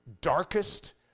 darkest